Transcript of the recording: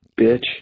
bitch